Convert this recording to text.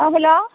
hello